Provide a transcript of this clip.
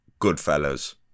Goodfellas